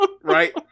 Right